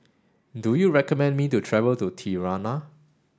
do you recommend me to travel to Tirana